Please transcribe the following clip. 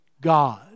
God